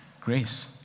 Grace